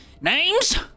Names